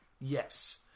Yes